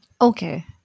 Okay